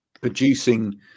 producing